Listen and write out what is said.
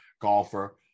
golfer